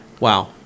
Wow